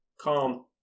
Calm